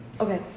Okay